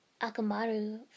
Akamaru